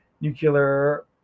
nuclear